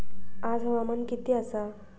आज हवामान किती आसा?